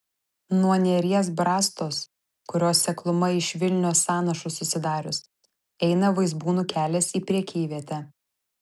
nuo neries brastos kurios sekluma iš vilnios sąnašų susidarius eina vaizbūnų kelias į prekyvietę